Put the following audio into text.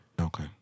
Okay